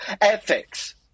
ethics